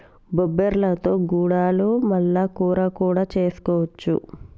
బొబ్బర్లతో గుడాలు మల్ల కూర కూడా చేసుకోవచ్చు